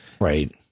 right